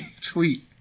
tweet